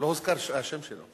לא הוזכר השם שלו.